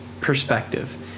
perspective